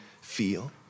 feel